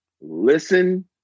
listen